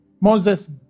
Moses